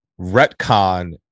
retcon